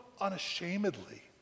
unashamedly